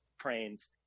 trains